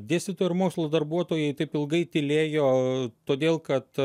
dėstytojai ir mokslo darbuotojai taip ilgai tylėjo todėl kad